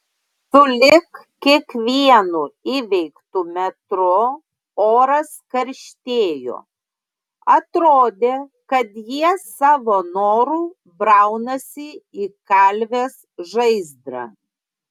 sulig kiekvienu įveiktu metru oras karštėjo atrodė kad jie savo noru braunasi į kalvės žaizdrą